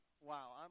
Wow